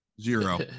Zero